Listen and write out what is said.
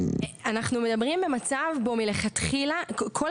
אנחנו מדברים על מצב שמלכתחילה כל